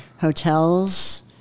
Hotels